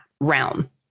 realm